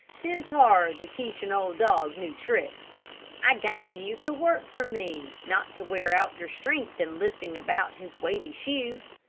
tis hard to teach an old dog new tricks i got you to work for me, not to wear out your strength in lifting about his weighty shoes.